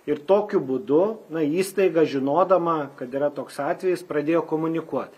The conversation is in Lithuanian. ir tokiu būdu na įstaiga žinodama kad yra toks atvejis pradėjo komunikuot